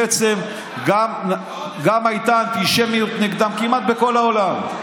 בעצם גם הייתה אנטישמיות נגדם כמעט בכל העולם.